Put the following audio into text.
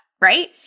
right